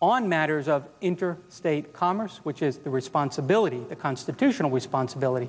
on matters of state commerce which is the responsibility a constitutional responsibility